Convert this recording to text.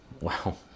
Wow